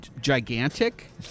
gigantic